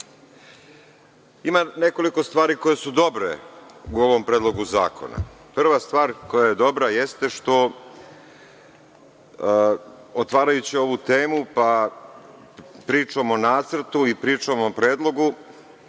Ima nekoliko stvari koje su dobre u ovom predlogu zakona. Prva stvar koja je dobra jeste što, otvarajući ovu temu pričom o nacrtu i pričom o predlogu,